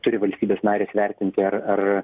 turi valstybės narės vertinti ar ar